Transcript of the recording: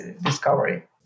discovery